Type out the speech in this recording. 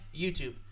YouTube